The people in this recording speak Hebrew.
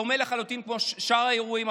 דומה לחלוטין לשאר האירועים,